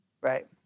Right